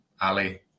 Ali